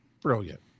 brilliant